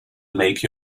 make